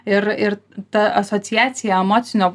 ir ir ta asociacija emocinio